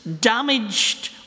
damaged